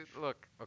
look